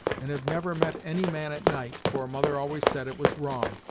and have never met any man at night, for mother always said it was wrong,